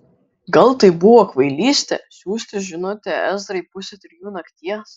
gal tai buvo kvailystė siųsti žinutę ezrai pusę trijų nakties